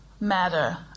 matter